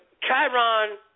Chiron